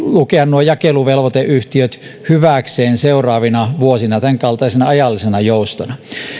nuo jakeluvelvoiteyhtiöt voivat lukea hyväkseen seuraavina vuosina tämänkaltaisena ajallisena joustona